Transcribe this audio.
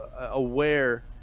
aware